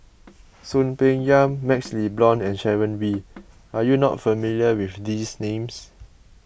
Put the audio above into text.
Soon Peng Yam MaxLe Blond and Sharon Wee are you not familiar with these names